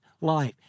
life